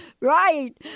Right